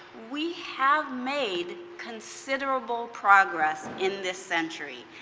we have made considerable progress in this century.